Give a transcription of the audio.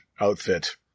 outfit